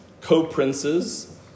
co-princes